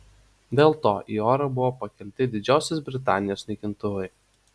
dėl to į orą buvo pakelti didžiosios britanijos naikintuvai